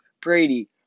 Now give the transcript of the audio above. Brady